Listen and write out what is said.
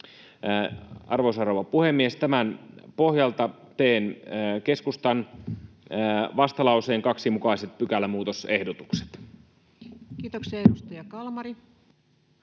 Arvoisa rouva puhemies! Tämän pohjalta teen keskustan vastalauseen 2 mukaiset pykälämuutosehdotukset. [Speech 266] Speaker: